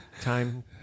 time